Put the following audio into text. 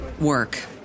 work